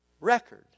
record